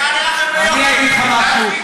בוא אגיד לך משהו.